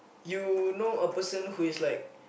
you know a person who is like